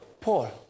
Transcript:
Paul